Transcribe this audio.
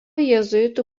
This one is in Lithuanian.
jėzuitų